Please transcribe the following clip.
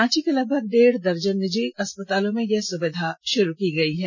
रांची के लगभग डेढ़ दर्जन निर्जी अस्पतालों में यह सुविधा षुरू की गई है